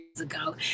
ago